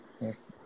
yes